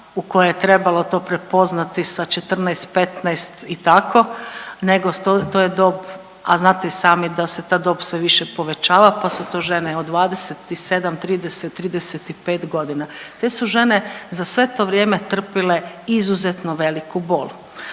u kojoj je trebalo to prepoznati sa 14, 15 i tako nego to je dob, a znate i sami da se ta dob sve više povećava pa su to žene od 27, 30, 35 godina. Te su žene za sve to vrijeme trpile izuzetno veliku bol,